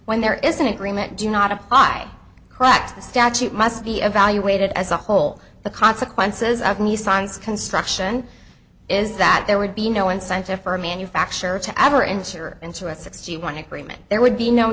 when there is an agreement do not apply crack to the statute must be evaluated as a whole the consequences of nissan's construction is that there would be no incentive for a manufacturer to ever insure into a sixty one agreement there would be no